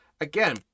again